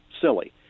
silly